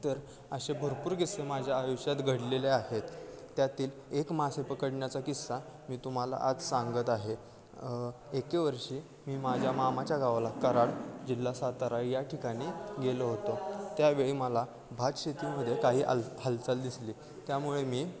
तर असे भरपूर किस्से माझ्या आयुष्यात घडलेले आहेत त्यातील एक मासे पकडण्याचा किस्सा मी तुम्हाला आज सांगत आहे एके वर्षी मी माझ्या मामाच्या गावाला कराड जिल्हा सातारा या ठिकाणी गेलो होतो त्यावेळी मला भात शेतीमध्ये काही आल हालचाल दिसली त्यामुळे मी